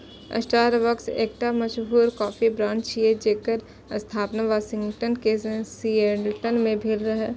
Starbucks एकटा मशहूर coffee brand छियै, जेकर स्थापना वाशिंगटन के सिएटल मे भेल रहै